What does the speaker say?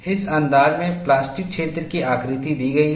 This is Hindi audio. इस अंदाज में प्लास्टिक क्षेत्र की आकृति दी गई है